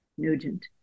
Nugent